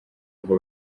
ngo